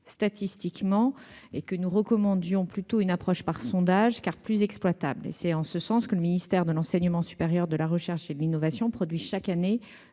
statistiquement. J'avais recommandé une approche par sondage, plus exploitable. C'est en ce sens que le ministère de l'enseignement supérieur de la recherche et de l'innovation produit chaque année